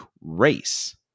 race